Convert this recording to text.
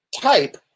type